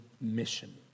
mission